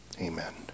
amen